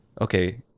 okay